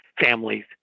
families